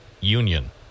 Union